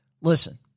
Listen